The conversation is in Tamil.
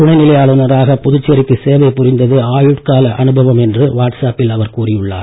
துணைநிலை ஆளுநராக புதுச்சேரிக்கு சேவை புரிந்தது ஆயுட்கால அனுபவம் என்று வாட்ஸ்ஆப்பில் அவர் கூறியுள்ளார்